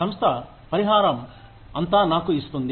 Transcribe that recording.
సంస్థ పరిహారం అంతా నాకు ఇస్తుంది